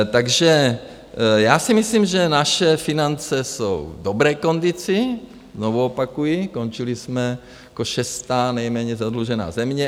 Takže já si myslím, že naše finance jsou v dobré kondici, znovu opakuji, končili jsme jako šestá nejméně zadlužená země.